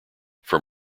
from